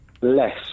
Less